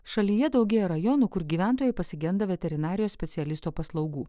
šalyje daugėja rajonų kur gyventojai pasigenda veterinarijos specialisto paslaugų